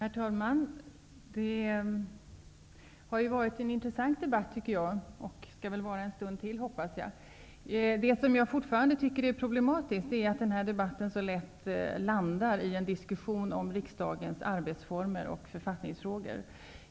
Herr talman! Debatten här har varit intressant och skall en stund till så vara, hoppas jag. Vad som fortfarande är ett problem är att en sådan här debatt mycket lätt landar i en diskussion om riksdagens arbetsformer och författningsfrågor.